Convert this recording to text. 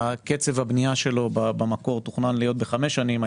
קצב הבנייה שלו במקור תוכנן להיות חמש שנים,